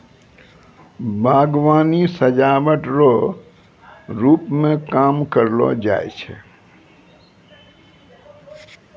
बागवानी सजाबट रो रुप मे काम करलो जाय छै